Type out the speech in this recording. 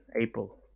April